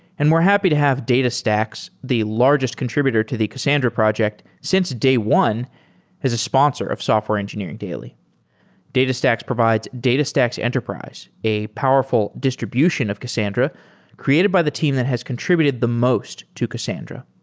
and we're happy to have datastax, the largest contributed to the cassandra project since day one as a sponsor of software engineering daily datastax provides datastax enterprise, a powerful distribution of cassandra created by the team that has contributed the most to cassandra.